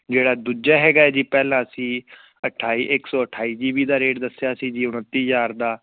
ਜਿਹੜਾ ਦੂਜਾ ਹੈਗਾ ਜੀ ਪਹਿਲਾਂ ਅਸੀਂ ਅਠਾਈ ਇੱਕ ਸੌ ਅਠਾਈ ਜੀ ਬੀ ਦਾ ਰੇਟ ਦੱਸਿਆ ਸੀ ਜੀ ਉਣੱਤੀ ਹਜ਼ਾਰ ਦਾ